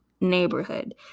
neighborhood